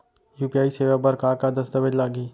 UPI सेवा बर का का दस्तावेज लागही?